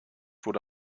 wurde